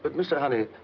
but mr. honey.